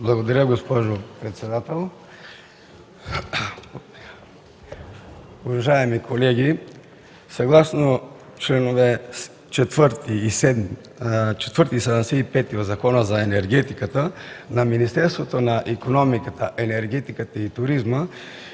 Благодаря, госпожо председател. Уважаеми колеги, съгласно чл. 4 и чл. 75 от Закона за енергетиката на Министерството на икономиката, енергетиката и туризма